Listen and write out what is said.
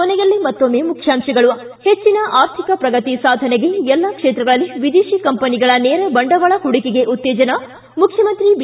ಕೊನೆಯಲ್ಲಿ ಮತ್ತೊಮ್ನೆ ಮುಖ್ಯಾಂಶಗಳು ್ಲಿ ಹೆಚ್ಚಿನ ಆರ್ಥಿಕ ಪ್ರಗತಿ ಸಾಧನೆಗೆ ಎಲ್ಲಾ ಕ್ಷೇತ್ರಗಳಲ್ಲಿ ವಿದೇಶಿ ಕಂಪನಿಗಳ ನೇರ ಬಂಡವಾಳ ಹೂಡಿಕೆಗೆ ಉತ್ತೇಜನ ಮುಖ್ಚಮಂತ್ರಿ ಬಿ